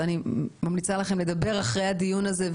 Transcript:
אני ממליצה לכם לדבר אחרי הדיון הזה.